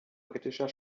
britischer